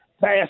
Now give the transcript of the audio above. fast